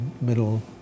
middle